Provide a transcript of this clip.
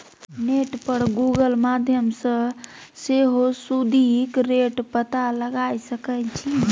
net पर Google माध्यमसँ सेहो सुदिक रेट पता लगाए सकै छी